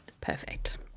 Perfect